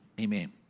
Amen